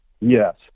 Yes